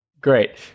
Great